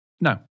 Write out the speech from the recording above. No